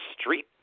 street